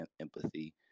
empathy